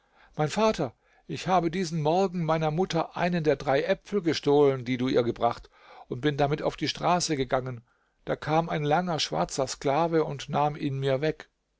mein vater ich habe diesen morgen meiner mutter einen der drei äpfel gestohlen die du ihr gebracht und bin damit auf die straße gegangen da kam ein langer schwarzer sklave und nahm ihn mir weg